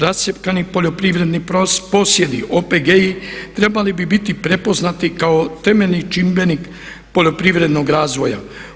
Rascjepkani poljoprivredni posjedi, OPG-i trebali bi biti prepoznati kao temeljni čimbenik poljoprivrednog razvoja.